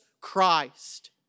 Christ